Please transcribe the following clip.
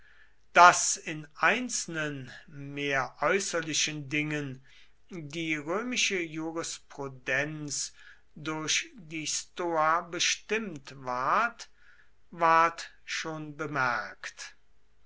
daß in einzelnen mehr äußerlichen dingen die römische jurisprudenz durch die stoa bestimmt ward ward schon bemerkt